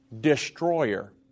destroyer